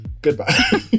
Goodbye